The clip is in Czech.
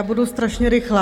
Budu strašně rychlá.